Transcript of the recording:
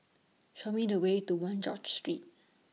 Show Me The Way to one George Street